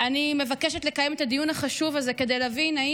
אני מבקשת לקיים את הדיון החשוב הזה כדי להבין אם